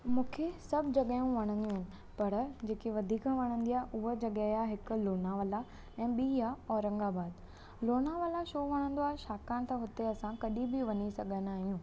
मूंखे सभु जॻहियूं वणंदियूं आहिनि पर जेके वधीक वणंदी आहे उहा जॻहि आहे हिकु लोनावला ऐं बि आ औरंगाबाद लोनावला छो वणंदो आहे छाकाणि त हुते असां कॾहिं बि वञी सघंदा आहियूं